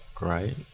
right